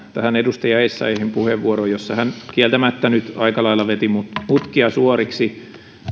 tähän edustaja essayahin puheenvuoroon jossa hän kieltämättä nyt aika lailla veti mutkia suoriksi